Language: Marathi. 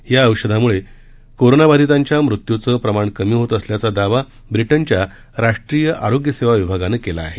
या औषधामूळ कोरोनाबाधितांच्या मृत्यूचं प्रमाण कमी होत असल्याचा दावा ब्रिटनच्या राष्ट्रीय आरोग्य सेवा विभागानं केला आहे